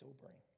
sobering